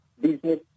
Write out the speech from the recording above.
business